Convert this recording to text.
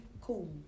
cool